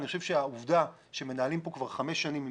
אני חושב שהעובדה שמנהלים כאן כבר חמש שנים עם